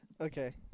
okay